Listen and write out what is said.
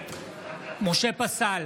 משה פסל,